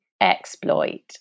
exploit